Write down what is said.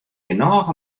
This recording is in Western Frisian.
genôch